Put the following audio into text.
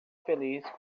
feliz